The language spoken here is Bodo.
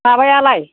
माबायालाय